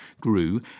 grew